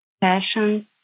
Passion